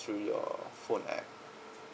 through your phone app